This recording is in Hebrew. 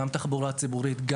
גם תחבורה ציבורית.